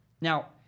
Now